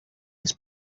his